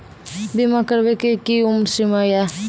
बीमा करबे के कि उम्र सीमा या?